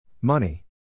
Money